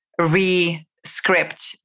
re-script